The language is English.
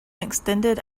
extended